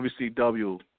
WCW